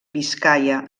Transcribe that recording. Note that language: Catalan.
biscaia